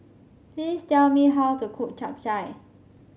please tell me how to cook Chap Chai